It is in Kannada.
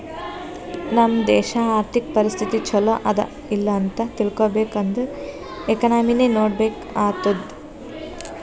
ನಮ್ ದೇಶಾ ಅರ್ಥಿಕ ಪರಿಸ್ಥಿತಿ ಛಲೋ ಅದಾ ಇಲ್ಲ ಅಂತ ತಿಳ್ಕೊಬೇಕ್ ಅಂದುರ್ ಎಕನಾಮಿನೆ ನೋಡ್ಬೇಕ್ ಆತ್ತುದ್